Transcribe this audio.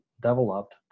developed